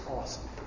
awesome